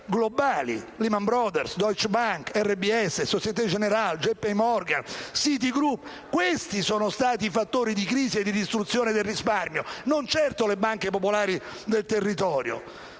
globali: Lehman Brothers, Deutsche Bank, RBS, Socièté Generale, JP Morgan, Citigroup. Questi sono stati i fattori di crisi e di distruzione del risparmio, non certo le banche popolari del territorio.